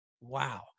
Wow